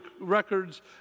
records